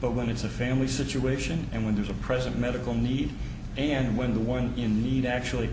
but when it's a family situation and when there's a present medical need and when the one in need actually